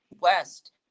West